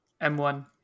M1